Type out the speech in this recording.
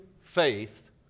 faith